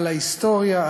על ההיסטוריה,